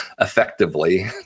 effectively